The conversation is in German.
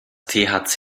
thc